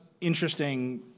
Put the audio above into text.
interesting